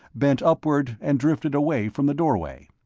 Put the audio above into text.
bent upward and drifted away from the doorway.